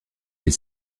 les